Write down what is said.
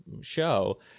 show